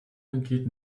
entgeht